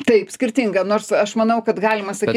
taip skirtinga nors aš manau kad galima sakyt